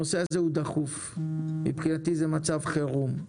הנושא הזה הוא דחוף, מבחינתי זה מצב חירום,